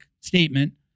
statement